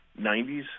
90s